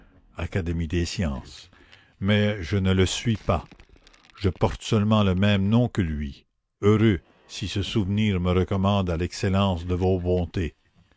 sciences mais je ne le suis pas je porte seulement le même nom que lui heureux si ce souvenir me recommande à l'excellence de vos bontés